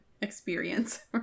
experience